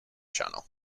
channel